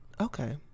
Okay